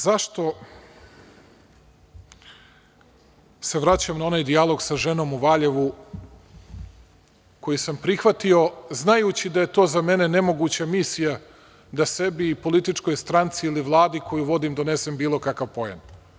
Zašto se vraćam na onaj dijalog sa ženom u Valjevu, koji sam prihvatio, znajući da je to za mene nemoguća misija, da sebi i političkoj stranci ili Vladi koju vodim donesem bilo kakav poen.